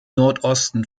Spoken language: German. nordosten